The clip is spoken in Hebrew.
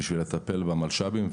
בשביל לטפל במלש"בים,